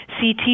CT